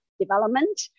Development